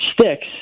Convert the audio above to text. sticks